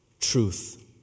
Truth